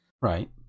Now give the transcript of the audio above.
Right